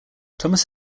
thomas